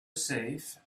safe